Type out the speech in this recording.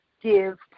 give